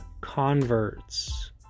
converts